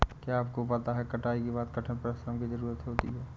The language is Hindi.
क्या आपको पता है कटाई के बाद कठिन श्रम की ज़रूरत होती है?